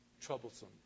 Troublesome